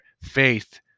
faith